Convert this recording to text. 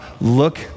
look